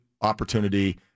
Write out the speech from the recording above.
opportunity